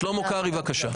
שלמה קרעי, בבקשה.